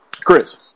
Chris